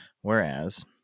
Whereas